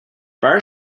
bar